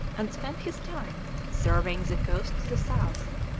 and spent his time surveying the coast to the south.